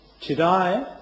today